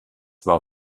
war